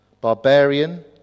barbarian